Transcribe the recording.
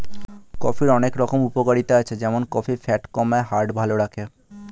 কফির অনেক রকম উপকারিতা আছে যেমন কফি ফ্যাট কমায়, হার্ট ভালো রাখে